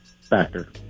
factor